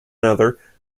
another